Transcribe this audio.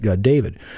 David